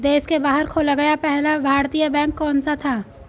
देश के बाहर खोला गया पहला भारतीय बैंक कौन सा था?